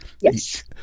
Yes